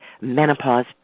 menopause